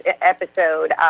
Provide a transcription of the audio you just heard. episode